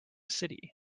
city